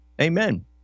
Amen